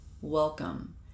Welcome